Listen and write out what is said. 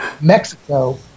Mexico